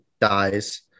dies